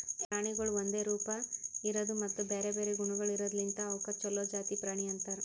ಪ್ರಾಣಿಗೊಳ್ ಒಂದೆ ರೂಪ, ಇರದು ಮತ್ತ ಬ್ಯಾರೆ ಬ್ಯಾರೆ ಗುಣಗೊಳ್ ಇರದ್ ಲಿಂತ್ ಅವುಕ್ ಛಲೋ ಜಾತಿ ಪ್ರಾಣಿ ಅಂತರ್